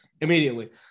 immediately